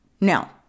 Now